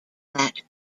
that